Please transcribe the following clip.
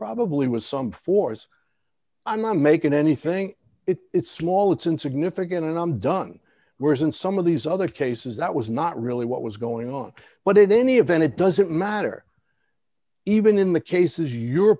probably was some force i'm not making anything it's small it's insignificant and i'm done whereas in some of these other cases that was not really what was going on but it any event it doesn't matter even in the cases you're